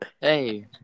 hey